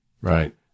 Right